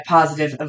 Positive